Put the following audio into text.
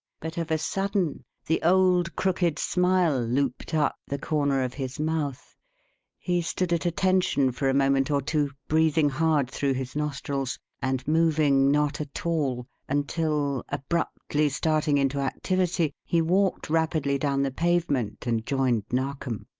but of a sudden the old crooked smile looped up the corner of his mouth he stood at attention for a moment or two, breathing hard through his nostrils, and moving not at all until, abruptly starting into activity, he walked rapidly down the pavement and joined narkom.